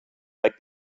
like